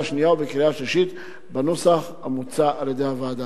השנייה ובקריאה השלישית בנוסח המוצע על-ידי הוועדה.